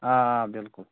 آ آ بِلکُل